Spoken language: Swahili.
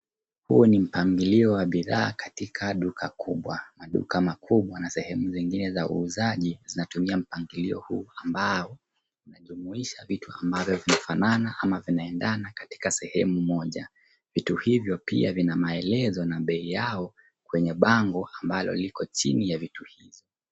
Huu ni mpangilio wa bidhaa katika duka kubwa. Maduka makubwa na sehemu zingine za uuzaji zinatumia mpangilio huu ambao unajumuisha vitu ambavyo hufanana ama vinaendana katika sehemu moja. Vitu hivyo pia vina maelezo na bei yao kwenye bango ambalo liko chini ya vitu hizo.